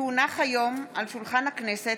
כי הונח היום על שולחן הכנסת,